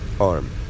arm